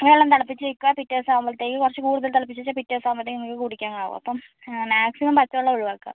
വെള്ളം തിളപ്പിച്ച് വയ്ക്കുക പിറ്റേ ദിവസം ആവുമ്പത്തേക്ക് കുറച്ച് തിളപ്പിച്ച് കൂടുതല് വെച്ചാൽ പിറ്റേ ദിവസം ആവുമ്പത്തേക്ക് നിങ്ങൾക്ക് കുടിക്കാൻ ആവും അപ്പം മാക്സിമം പച്ച വെള്ളം ഒഴിവാക്കുക